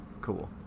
cool